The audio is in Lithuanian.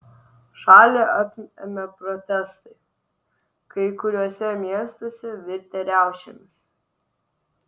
šalį apėmė protestai kai kuriuose miestuose virtę riaušėmis